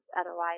otherwise